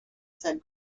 said